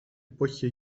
potje